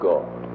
God